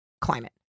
climate